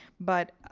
but